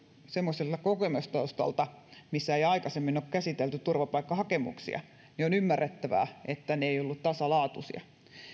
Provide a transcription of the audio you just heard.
semmoisella kokemustaustalla että ei aikaisemmin ole käsitelty turvapaikkahakemuksia on ymmärrettävää että ne eivät olleet tasalaatuisia